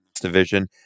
division